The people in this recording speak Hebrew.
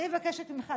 אז אני מבקשת ממך,